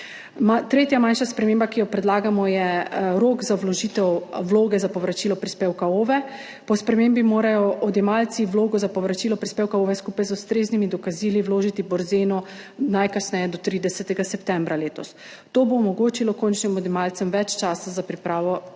Tretja manjša sprememba, ki jo predlagamo, je rok za vložitev vloge za povračilo prispevka OVE. Po spremembi morajo odjemalci vlogo za povračilo prispevka OVE skupaj z ustreznimi dokazili vložiti na Borzen najkasneje do 30. septembra letos. To bo omogočilo končnim odjemalcem več časa za pripravo kvalitetnih